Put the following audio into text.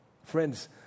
Friends